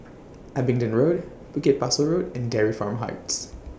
Abingdon Road Bukit Pasoh Road and Dairy Farm Heights